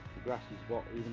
grass has got,